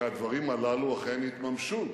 שהדברים הללו אכן יתממשו,